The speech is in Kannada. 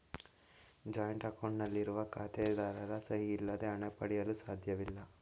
ಜಾಯಿನ್ಟ್ ಅಕೌಂಟ್ ನಲ್ಲಿರುವ ಖಾತೆದಾರರ ಸಹಿ ಇಲ್ಲದೆ ಹಣ ಪಡೆಯಲು ಸಾಧ್ಯವಿಲ್ಲ